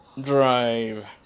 Drive